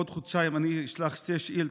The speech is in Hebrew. בעוד חודשיים אני אשלח שתי שאילתות,